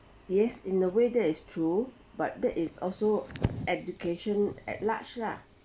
yes in a way that is true but that is also education at large lah